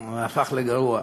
והפך לגרוע.